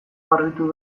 garbitu